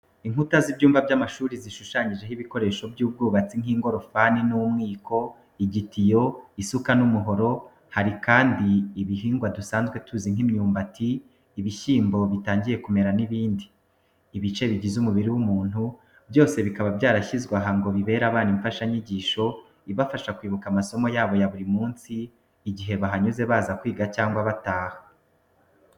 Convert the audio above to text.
Inkuta z'ibyumba by'amashuri zishushanyijeho ibikoresho by'ubwubatsi nk'ingorofani n'umwiko, igitiyo, isuka n'umuhoro, hari kandi ibihingwa dusanzwe tuzi nk'imyumbati, ibishyimbo bitangiye kumera n'ibindi. Ibice bigize umubiri w'umuntu byose bikaba byarashyizwe aha ngo bibere abana imfashanyigisho ibafasha kwibuka amasomo yabo ya buri munsi igihe bahanyuze baza kwiga cyangwa bataha.